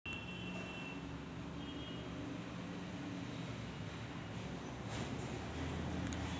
राष्ट्रीय नोट अनेकदा आढळतात परंतु नेहमीच वैध चलन नसतात